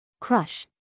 crush